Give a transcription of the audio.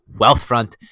Wealthfront